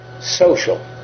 social